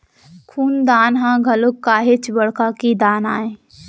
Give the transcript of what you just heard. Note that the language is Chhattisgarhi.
खून दान ह घलोक काहेच बड़का के दान आय